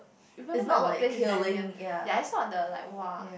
even though my work place is very near ya it's not like the like !wah!